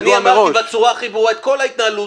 אני אמרתי בצורה הכי ברורה את כל ההתנהלות.